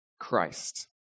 Christ